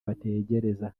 bategereza